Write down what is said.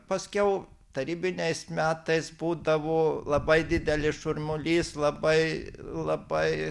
paskiau tarybiniais metais būdavo labai didelis šurmulys labai labai